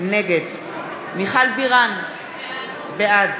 נגד מיכל בירן, בעד